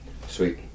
sweet